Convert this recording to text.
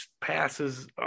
passes